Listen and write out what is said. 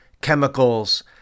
chemicals